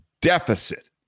deficit